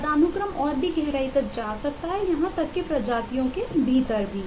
पदानुक्रम और भी गहराई तक जा सकता है यहां तक कि प्रजातियों के भीतर भी